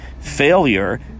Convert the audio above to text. failure